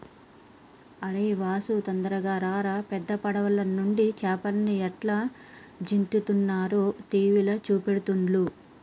అరేయ్ వాసు తొందరగా రారా పెద్ద పడవలనుండి చేపల్ని ఎట్లా దించుతారో టీవీల చూపెడుతుల్ను